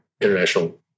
International